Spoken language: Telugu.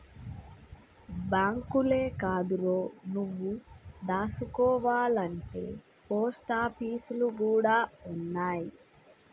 బాంకులే కాదురో, నువ్వు దాసుకోవాల్నంటే పోస్టాపీసులు గూడ ఉన్నయ్